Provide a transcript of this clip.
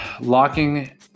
locking